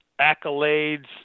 accolades –